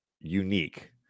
unique